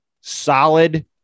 solid